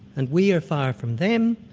and we are far from them,